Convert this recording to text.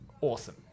Awesome